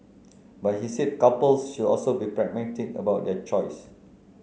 but he said couples should also be pragmatic about their choice